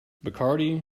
bacardi